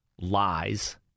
lies